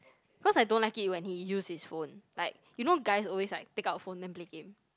cause I don't like it when he use his phone like you know guys always like take out phone then play game